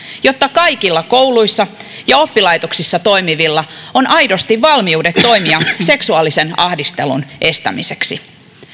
jotta kaikilla kouluissa ja oppilaitoksissa toimivilla on aidosti valmiudet toimia seksuaalisen ahdistelun estämiseksi